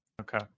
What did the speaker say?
Okay